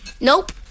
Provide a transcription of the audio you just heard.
Nope